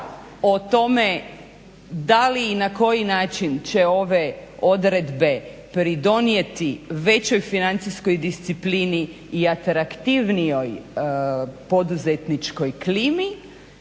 o tome da li i na koji način će ove odredbe pridonijeti većoj financijskoj disciplini i ateraktivnijoj poduzetničkoj klimi